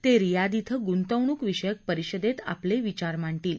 ते रियाझ श्व गुंतवणूक विषयक परिषदेत आपले विचार मांडतील